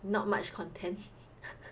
not much content